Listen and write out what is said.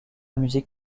musique